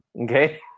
okay